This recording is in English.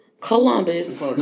Columbus